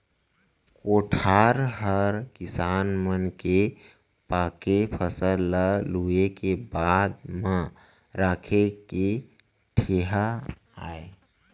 कोठार हर किसान मन के पाके फसल ल लूए के बाद म राखे के ठिहा आय